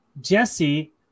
Jesse